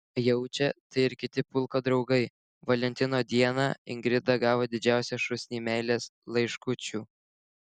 jaučia tai ir kiti pulko draugai valentino dieną ingrida gavo didžiausią šūsnį meilės laiškučių